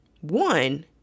One